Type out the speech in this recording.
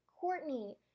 Courtney